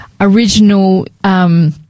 original